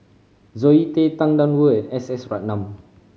Zoe Tay Tang Da Wu and S S Ratnam